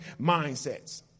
mindsets